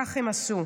וכך הם עשו.